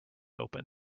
open